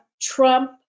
Trump